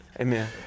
amen